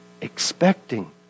expecting